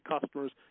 customers